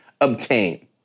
obtain